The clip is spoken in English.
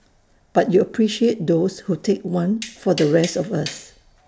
but you appreciate those who take one for the rest of us